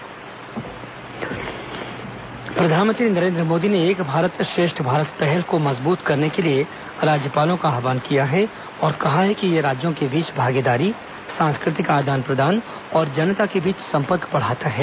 प्रधानमंत्री राज्यपाल सम्मेलन प्रधानमंत्री नरेन्द्र मोदी ने एक भारत श्रेष्ठ भारत पहल को मजबूत करने के लिए राज्यपालों का आह्वान किया है और कहा है कि यह राज्यों के बीच भागीदारी सांस्कृतिक आदान प्रदान और जनता के बीच सम्पर्क बढ़ाता है